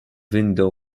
window